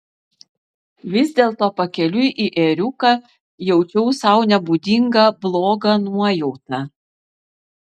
vis dėlto pakeliui į ėriuką jaučiau sau nebūdingą blogą nuojautą